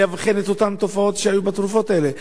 לאבחן את אותן תופעות שהיו בתרופות האלה.